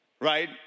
Right